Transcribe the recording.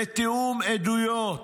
לתיאום עדויות,